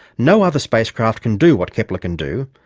no other spacecraft can do what kepler can do,